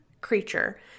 creature